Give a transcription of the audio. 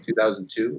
2002